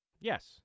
Yes